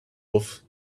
off